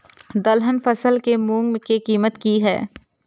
दलहन फसल के मूँग के कीमत की हय?